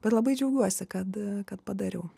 bet labai džiaugiuosi kad kad padariau